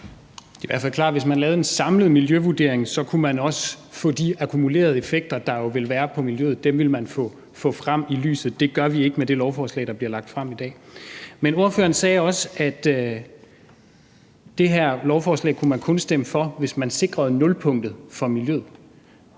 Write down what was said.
(EL): Det er klart, at hvis man lavede en samlet miljøvurdering, kunne man også få de akkumulerede effekter, der jo vil være på miljøet, frem i lyset. Det gør vi ikke med det lovforslag, der er lagt frem i dag. Men ordføreren sagde også, at man kun kunne stemme for det her lovforslag, hvis man sikrede nulpunktet for miljøet.